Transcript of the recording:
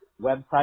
website